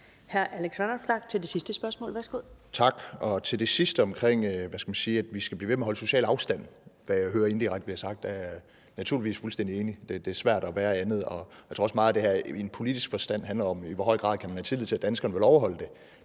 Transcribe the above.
Hr. Alex Vanopslagh til det sidste spørgsmål. Værsgo. Kl. 14:16 Alex Vanopslagh (LA): Tak. Det sidste omkring, at vi skal blive ved med at holde social afstand, hvad jeg hører der indirekte bliver sagt, er jeg naturligvis fuldstændig enig i; det er svært at være andet. Jeg tror også, at meget af det her i en politisk forstand handler om, i hvor høj grad man kan have tillid til, at danskerne vil overholde det.